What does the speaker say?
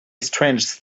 strange